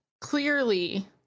clearly